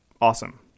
awesome